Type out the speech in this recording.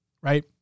right